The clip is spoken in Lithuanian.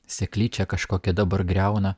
seklyčią kažkokią dabar griauna